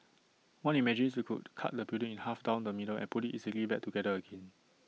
one imagines you could cut the building in half down the middle and put IT easily back together again